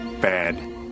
Bad